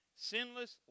sinless